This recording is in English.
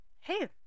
hey